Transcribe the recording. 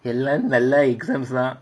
எல்லாம் நல்ல:ellaam nalla exams lah